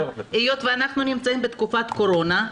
היות שאנחנו נמצאים בתקופת קורונה,